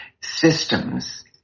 systems